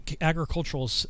agricultural